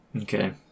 okay